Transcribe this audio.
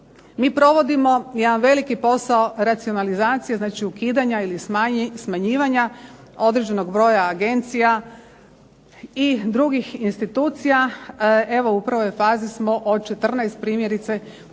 Mi provodimo jedan veliki posao racionalizacije, znači ukidanja ili smanjivanja određenog broja agencija i drugih institucija. Evo u prvoj fazi smo od 14 primjerice došli